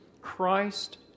Christ